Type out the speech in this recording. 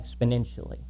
exponentially